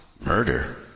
murder